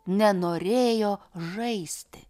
nenorėjo žaisti